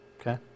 okay